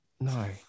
No